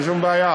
אין שום בעיה,